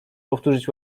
powtórzyć